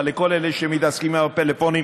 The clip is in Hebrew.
אבל כל אלה שמתעסקים עם הפלאפונים,